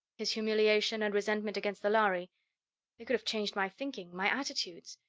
his humiliation and resentment against the lhari. they could have changed my thinking, my attitudes.